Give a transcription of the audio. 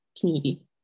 community